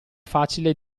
facile